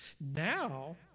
Now